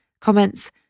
comments